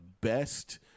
best